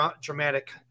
dramatic